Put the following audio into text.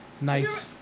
Nice